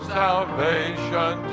salvation